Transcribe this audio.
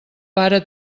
pare